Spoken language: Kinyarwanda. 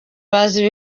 bazi